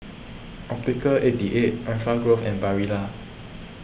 Optical eighty eight Enfagrow and Barilla